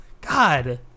God